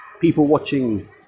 people-watching